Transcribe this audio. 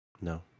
No